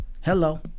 Hello